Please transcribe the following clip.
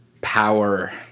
power